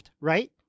right